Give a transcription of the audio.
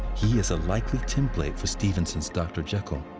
he is a likely template for stevenson's dr. jekyll.